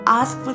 ask